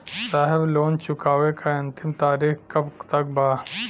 साहब लोन चुकावे क अंतिम तारीख कब तक बा?